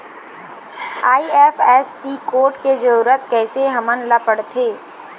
IFSC code के जरूरत कैसे हमन ला पड़थे?